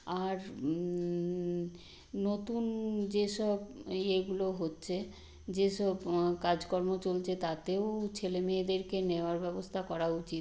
আর নতুন যেসব ইয়েগুলো হচ্চে যেসব কাজকর্ম চলছে তাতেও ছেলে মেয়েদেরকে নেওয়ার ব্যবস্থ করা উচিত